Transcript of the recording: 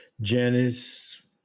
Janice